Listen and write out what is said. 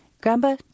Grandpa